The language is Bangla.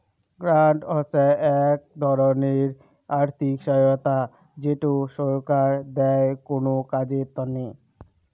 গ্রান্ট হসে এক ধরণের আর্থিক সহায়তা যেটো ছরকার দেয় কোনো কাজের তন্নে